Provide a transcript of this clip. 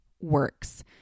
works